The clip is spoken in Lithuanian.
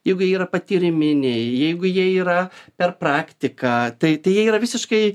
jeigu jie yra patyriminiai jeigu jie yra per praktiką tai tai jie yra visiškai